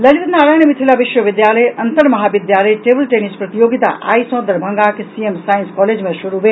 ललित नारायण मिथिला विश्वविद्यालय अंतर महाविद्यालय टेबल टेनिस प्रतियोगिता आई सँ दरभंगाक सीएम साईंस कॉलेज मे शुरू भेल